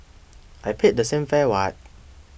I paid the same fare what